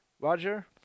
Roger